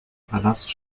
palast